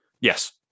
Yes